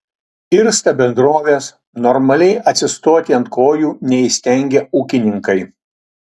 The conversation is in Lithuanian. irsta bendrovės normaliai atsistoti ant kojų neįstengia ūkininkai